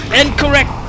incorrect